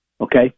Okay